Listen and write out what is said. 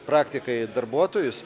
praktikai darbuotojus